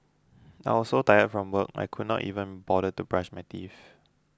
I was so tired from work I could not even bother to brush my teeth